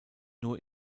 nur